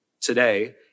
today